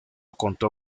contó